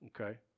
Okay